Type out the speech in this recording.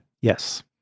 Yes